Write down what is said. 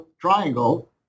triangle